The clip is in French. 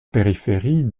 périphérie